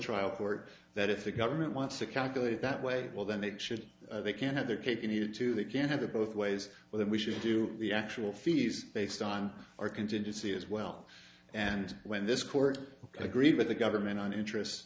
trial court that if the government wants to calculate that way well then they should they can have their cake and eat it too they can have it both ways but then we should do the actual fees based on our contingency as well and when this court agreed with the government on interest